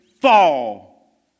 fall